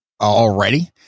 already